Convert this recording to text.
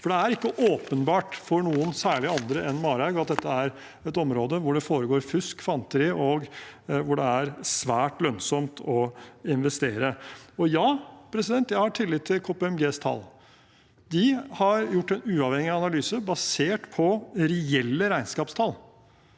det. Det er ikke åpenbart for noen særlig andre enn Marhaug at dette er et område hvor det foregår fusk og fanteri, og hvor det er svært lønnsomt å investere. Ja, jeg har tillit til KPMGs tall. De har gjort en uavhengig analyse basert på reelle regnskapstall.